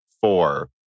four